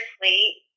sleep